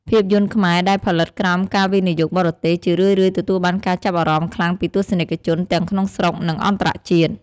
ភាពយន្តខ្មែរដែលផលិតក្រោមការវិនិយោគបរទេស ជារឿយៗទទួលបានការចាប់អារម្មណ៍ខ្លាំងពីទស្សនិកជន ទាំងក្នុងស្រុក និងអន្តរជាតិ។